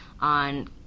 on